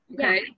okay